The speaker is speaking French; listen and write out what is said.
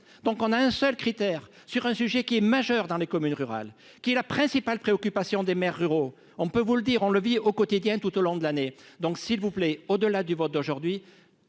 donc on a un seul critère sur un sujet qui est majeur dans les communes rurales qui est la principale préoccupation des maires ruraux, on peut vous le dire, on le vit au quotidien, tout au long de l'année, donc s'il vous plaît au-delà du vote d'aujourd'hui,